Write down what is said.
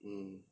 mm